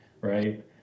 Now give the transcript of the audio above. right